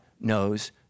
knows